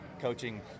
coaching